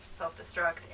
self-destruct